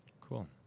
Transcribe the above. cool